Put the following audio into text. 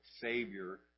Savior